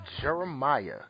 Jeremiah